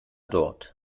dort